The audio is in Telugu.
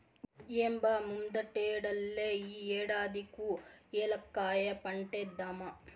ఏం బా ముందటేడల్లే ఈ ఏడాది కూ ఏలక్కాయ పంటేద్దామా